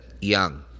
young